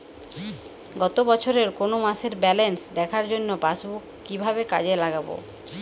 গত বছরের কোনো মাসের ব্যালেন্স দেখার জন্য পাসবুক কীভাবে কাজে লাগাব?